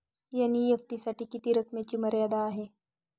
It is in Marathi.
एन.ई.एफ.टी साठी किती रकमेची मर्यादा आहे?